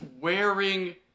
wearing